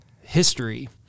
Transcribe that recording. history